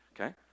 Okay